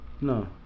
No